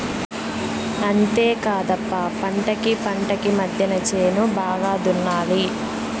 అంతేకాదప్ప పంటకీ పంటకీ మద్దెన చేను బాగా దున్నాలి